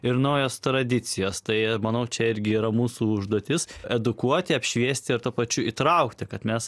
ir naujos tradicijos tai manau čia irgi yra mūsų užduotis edukuoti apšviesti ir tuo pačiu įtraukti kad mes